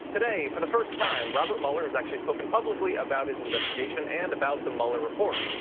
today, for the first time, robert mueller has actually spoken publically about his investigation and about the mueller report.